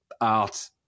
art